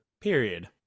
period